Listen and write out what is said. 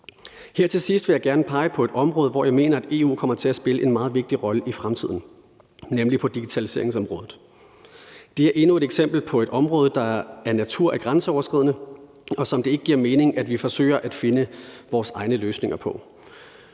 Her til sidst vil jeg gerne pege på et område, hvor jeg mener at EU kommer til at spille en meget vigtig rolle i fremtiden, nemlig digitaliseringsområdet. Det er endnu et eksempel på et område, der af natur er grænseoverskridende, og som det ikke giver mening at vi forsøger at finde vores egne løsninger på.